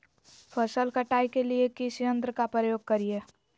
फसल कटाई के लिए किस यंत्र का प्रयोग करिये?